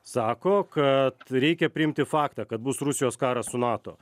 sako kad reikia priimti faktą kad bus rusijos karas su nato